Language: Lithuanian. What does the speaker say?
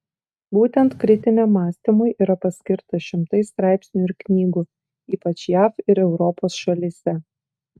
būtent kritiniam mąstymui yra paskirta šimtai straipsnių ir knygų ypač jav ir europos šalyse